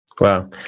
Wow